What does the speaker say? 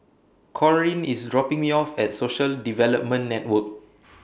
Corrine IS dropping Me off At Social Development Network